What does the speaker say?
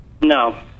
No